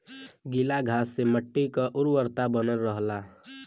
गीला घास से मट्टी क उर्वरता बनल रहला